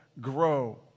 grow